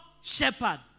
shepherd